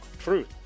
truth